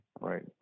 right